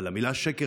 אבל המילה "שקר",